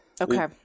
Okay